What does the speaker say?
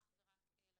אך ורק לתוכנית,